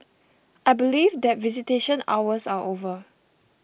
I believe that visitation hours are over